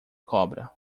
cobra